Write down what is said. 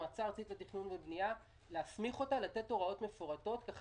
מועצה ארצית לתכנון ובנייה לתת הוראות מפורטות כך